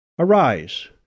Arise